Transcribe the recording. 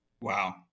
wow